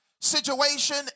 situation